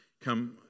come